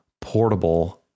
portable